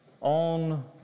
on